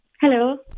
Hello